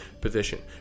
position